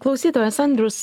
klausytojas andrius